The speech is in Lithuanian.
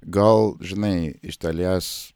gal žinai iš dalies